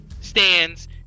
stands